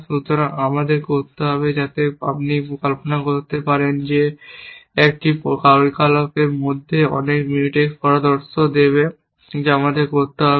সুতরাং আমাদের করতে হবে যাতে আপনি কল্পনা করতে পারেন যে একটি ক্রিয়াকলাপের মধ্যে অনেক মিউটেক্স পরামর্শ দেবে যা আমাদের করতে হবে